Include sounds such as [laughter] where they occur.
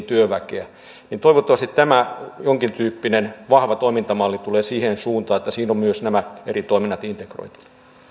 [unintelligible] työväkeä toivottavasti tämä jonkintyyppinen vahva toimintamalli tulee siihen suuntaan että siinä on myös nämä eri toiminnat integroitu ja sitten